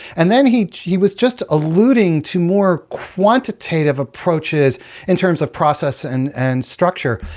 and then he he was just alluding to more quantitative approaches in terms of process and and structure.